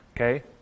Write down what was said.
Okay